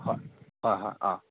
ꯍꯣꯏ ꯍꯣꯏ ꯍꯣꯏ ꯑꯥ